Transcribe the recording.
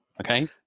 okay